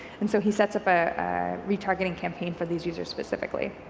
and so he sets up a retargeting campaign for these users specifically.